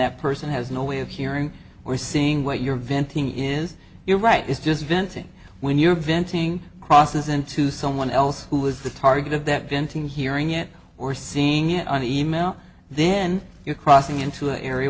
that person has no way of hearing or seeing what you're venting is your right is just venting when you're venting crosses into someone else who is the target of that venting hearing it or seeing it on email then you're crossing into an area